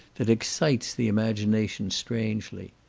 that excites the imagination strangely.